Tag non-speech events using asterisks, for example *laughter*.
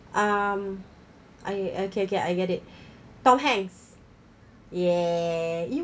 um I okay okay I get it *breath* tom hanks yeah you